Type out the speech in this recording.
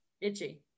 itchy